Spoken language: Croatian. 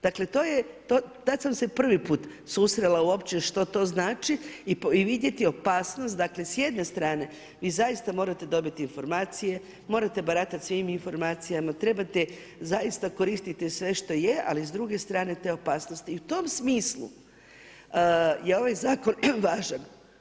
Dakle, tad sam se prvi put susrela uopće što to znači i vidjeti opasnost, dakle s jedne strane i zaista morate dobiti informacije, morate baratati svim informacijama, trebate zaista koristiti sve što je ali s druge strane te opasnosti i u tom smislu je ovaj zakon važan.